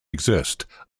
exist